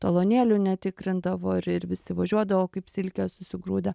talonėlių netikrindavo ir ir visi važiuodavo kaip silkės susigrūdę